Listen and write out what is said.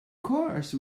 course